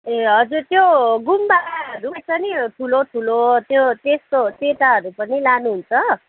ए हजुर त्यो गुम्बाहरू रहेछ नि ठुलो ठुलो त्यो त्यस्तो त्यताहरू पनि लानुहुन्छ